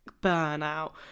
burnout